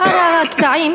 שאר הקטעים,